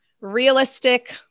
realistic